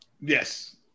Yes